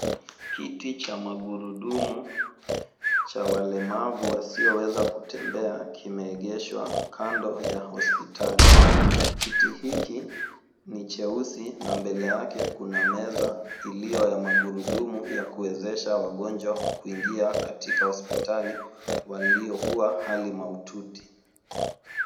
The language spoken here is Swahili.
Kiti cha magurudumu cha walemavu wasioweza kutembea kimeegeshwa kando ya hospitali. Kiti hiki ni cheusi, na mbele yake kuna meza iliyo ya magurudumu ya kuwezesha wagonjwa kuingia katika hospitali, waliokuwa hali mahututi.